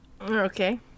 Okay